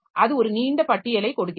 அது ஒரு நீண்ட பட்டியலைக் கொடுக்கிறது